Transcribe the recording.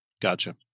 gotcha